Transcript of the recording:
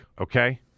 okay